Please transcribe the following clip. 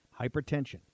Hypertension